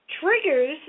Triggers